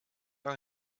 are